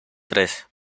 tres